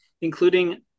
including